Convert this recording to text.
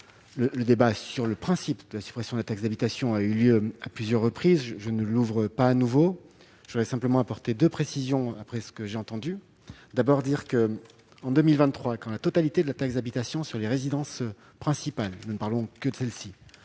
Le débat sur le principe de la suppression de la taxe d'habitation a eu lieu à plusieurs reprises ; je ne l'ouvre pas à nouveau, mais je voudrais apporter quelques précisions, après ce que j'ai entendu. Tout d'abord, en 2023, quand la totalité de la taxe d'habitation sur les résidences principales- nous ne parlons que de celles-ci